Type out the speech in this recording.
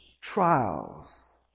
trials